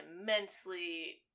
immensely